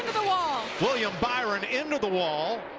the wall. william byron into the wall.